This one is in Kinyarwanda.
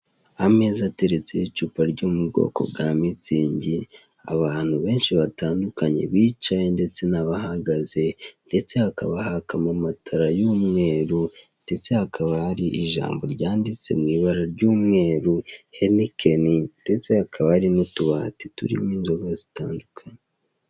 Ameza ateretseho icupa ryo mu bwoko bwa mitsingi, abantu benshi bitandukanye bicaye ndetse n'abahagaze, ndetse hakabahakamo amatara y'umweru ndetse, hakaba hari ijambo ryanditse mu ibara ry'umeru henikeni. Ndetse hakaba harimo utubati turimo inzoga zitandukanye.